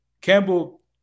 Campbell